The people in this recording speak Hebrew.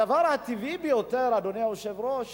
הדבר הטבעי ביותר, אדוני היושב-ראש,